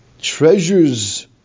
Treasures